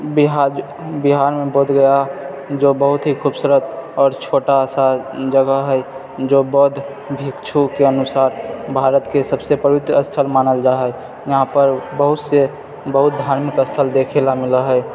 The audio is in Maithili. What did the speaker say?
बिहार बिहारमे बोध गया जो बहुत ही खूबसूरत आओर छोटा सा जगह है जो बोध भिक्षुके अनुसार भारतके सबसे पवित्र स्थल मानल जाए है यहाँपर बहुत से बहुत धार्मिक स्थल देखेला मिलए है